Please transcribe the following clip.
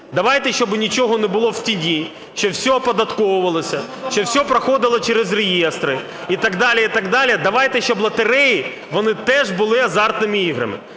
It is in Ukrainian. Давайте, щоби нічого не було в тіні чи все оподатковувалося, чи все проходило через реєстри і так далі, і так далі. Давайте, щоб лотереї, вони теж були азартними іграми.